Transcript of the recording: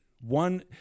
one